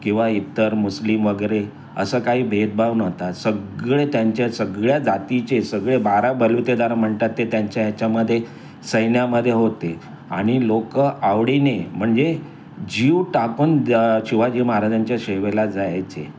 किंवा इतर मुस्लिम वगैरे असं काही भेदभाव नव्हता सगळे त्यांच्या सगळ्या जातीचे सगळे बारा बलुतेदार म्हणतात ते त्यांच्या याच्यामध्ये सैन्यामध्ये होते आणि लोकं आवडीने म्हणजे जीव टाकून शिवाजी महाराजांच्या सेवेला जायचे